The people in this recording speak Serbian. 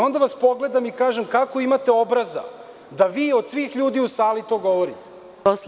Onda vas pogledam i kažem kako imate obraza da vi od svih ljudi u sali to govorite.